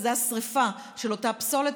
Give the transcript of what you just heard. וזה השרפה של אותה פסולת.